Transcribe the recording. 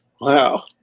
wow